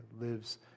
lives